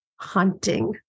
hunting